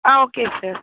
hmm okay sir